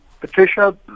Patricia